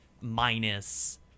Minus